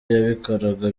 yabikoraga